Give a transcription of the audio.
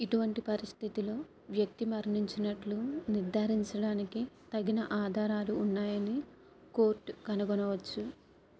ఇటువంటి పరిస్థితిలో వ్యక్తి మరణించినట్లు నిర్ధారించడానికి తగిన ఆధారాలు ఉన్నాయని కోర్టు కనుగొనవచ్చు